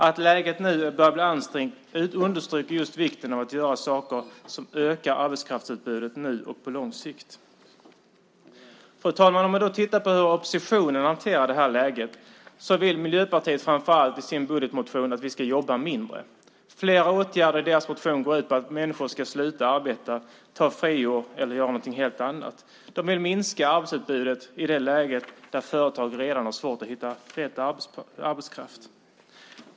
Att läget nu börjar bli ansträngt understryker vikten av att göra saker som ökar arbetskraftsutbudet nu och på lång sikt. Fru talman! Låt oss titta på hur oppositionen hanterar detta läge. Miljöpartiet vill i sin budgetmotion framför allt att vi ska jobba mindre. Flera åtgärder i deras motion går ut på att människor ska sluta arbeta, ta friår eller göra något helt annat. De vill minska arbetskraftsutbudet i ett läge där företagen redan har svårt att hitta rätt arbetskraft.